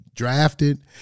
Drafted